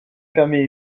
permet